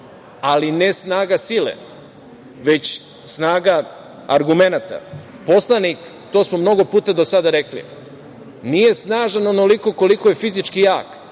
ali ne snaga sile, već snaga argumenata. Poslanik, to smo mnogo puta do sada rekli, nije snažan onoliko koliko je fizički jak,